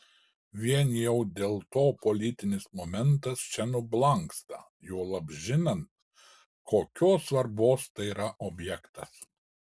vien jau dėl to politinis momentas čia nublanksta juolab žinant kokios svarbos tai yra objektas